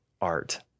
art